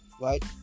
right